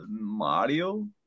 Mario